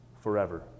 forever